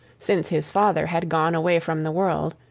since his father had gone away from the world,